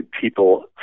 people